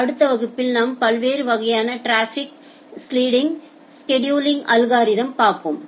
அடுத்த வகுப்பில் நாம் பல்வேறு வகையான டிராபிக் ஸ்செடுலிங் அல்கோரிதம்ஸ்களை பார்ப்போம்